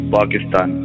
Pakistan